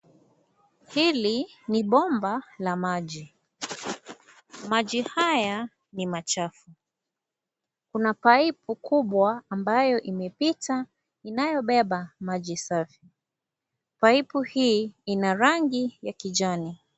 Hili ni bomba la maji maji haya ni machafu kuna paipu kubwa ambayo imepita inayobeba maji safi. Paipu hii ina rangi ya kijani.